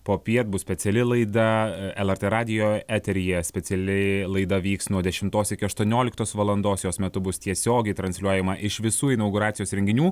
popiet bus speciali laida lrt radijo eteryje specialiai laida vyks nuo dešimtos iki aštuonioliktos valandos jos metu bus tiesiogiai transliuojama iš visų inauguracijos renginių